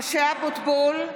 משה אבוטבול,